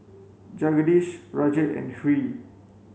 Jagadish Rajat and Hri